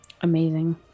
Amazing